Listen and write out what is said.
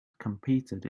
competed